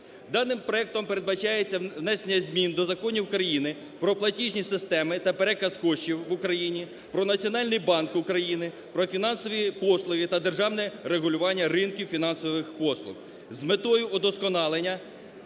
Даним проектом передбачається внесення змін до Законів країни про платіжні системи та переказ коштів в Україні, про Національний банк України, про фінансові послуги та державне регулювання ринків фінансових послуг. З метою удосконалення